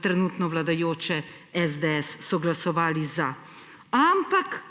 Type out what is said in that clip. trenutno vladajoče SDS so glasovali za, ampak